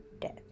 death